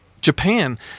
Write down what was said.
Japan